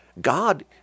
God